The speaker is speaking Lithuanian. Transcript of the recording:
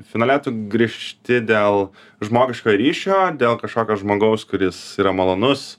finale tu grįžti dėl žmogiško ryšio dėl kažkokio žmogaus kuris yra malonus